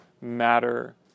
matter